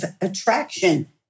attraction